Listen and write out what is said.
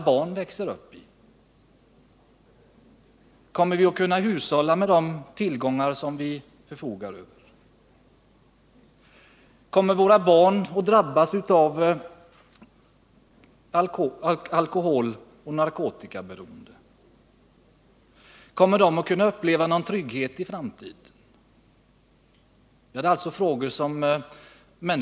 Andra frågor som människor ställer sig i sin vardag är: Kommer vi att kunna hushålla med de tillgångar som vi förfogar över? Kommer våra barn att drabbas av alkoholoch narkotikaberoende? Kommer de att kunna uppleva någon trygghet i framtiden?